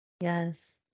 Yes